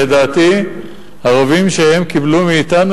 לדעתי הרובים שהם קיבלו מאתנו,